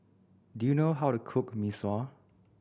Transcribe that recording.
do you know how to cook Mee Sua